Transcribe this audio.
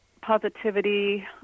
positivity